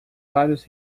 vários